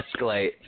escalate